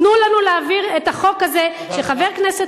תנו לנו להעביר את החוק הזה שחבר הכנסת